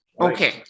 Okay